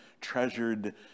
treasured